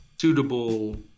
suitable